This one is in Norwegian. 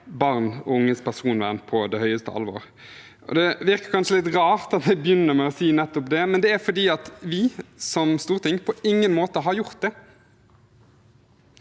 barn og unges personvern på det høyeste alvor. Det virker kanskje litt rart å begynne med å si nettopp det, men det er fordi vi som storting på ingen måte har gjort det.